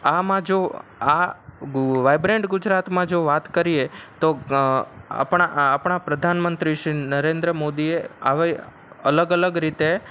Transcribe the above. આમાં જો આ વાઈબ્રન્ટ ગુજરાતમાં જો વાત કરીએ તો આપણાં આપણા પ્રધાનમંત્રી શ્રી નરેન્દ્ર મોદીએ આવી અલગ અલગ રીતે